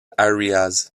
areas